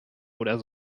oder